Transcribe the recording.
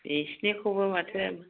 बिसिनिखौबो माथो